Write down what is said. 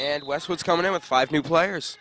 and wes was coming in with five new players